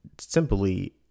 simply